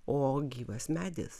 o gyvas medis